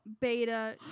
Beta